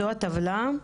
זו הטבלה.